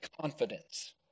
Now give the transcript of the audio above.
confidence